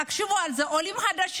תחשבו על זה, עולים חדשים,